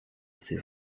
c’est